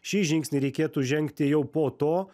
šį žingsnį reikėtų žengti jau po to